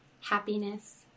happiness